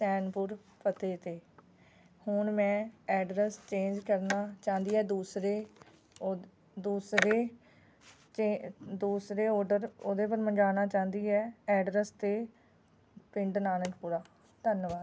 ਸੈਨਪੁਰ ਪਤੇ 'ਤੇ ਹੁਣ ਮੈਂ ਐਡਰੈਸ ਚੇਂਜ ਕਰਨਾ ਚਾਹੁੰਦੀ ਹਾਂ ਦੂਸਰੇ ਉਹ ਦੂਸਰੇ ਚੇ ਦੂਸਰੇ ਔਡਰ ਉਹਦੇ ਪਰ ਮੰਗਵਾਉਣਾ ਚਾਹੁੰਦੀ ਹੈ ਐਡਰੈਸ 'ਤੇ ਪਿੰਡ ਨਾਨਕਪੁਰਾ ਧੰਨਵਾਦ